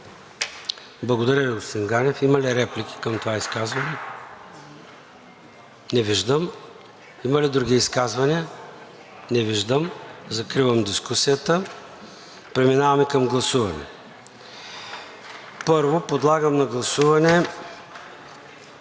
Благодаря, господин Ганев. Има ли реплики към това изказване? Не виждам. Има ли други изказвания? Не виждам. Закривам дискусията. Преминаваме към гласуване. Първо, подлагам на гласуване